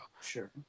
Sure